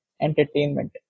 entertainment